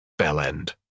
Bellend